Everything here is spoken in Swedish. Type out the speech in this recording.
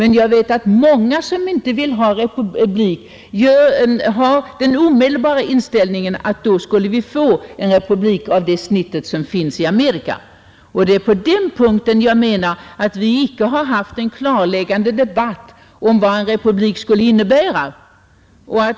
Men jag vet, att många som inte vill ha republik har den omedelbara inställningen att vi i stället för monarkin skulle få en republik av det slag som finns i USA. På den punkten menar jag att vi inte har fört en klarläggande debatt om vad en republik skulle innebära.